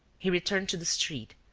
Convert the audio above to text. he returned to the street,